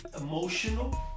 emotional